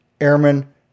airmen